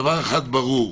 דבר אחד ברור.